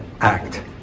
Act